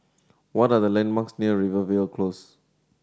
what are the landmarks near Rivervale Close